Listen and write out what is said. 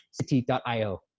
city.io